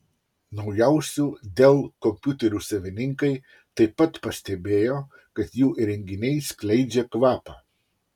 naujausių dell kompiuterių savininkai taip pat pastebėjo kad jų įrenginiai skleidžia kvapą